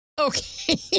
Okay